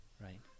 Right